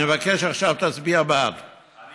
הצבעתם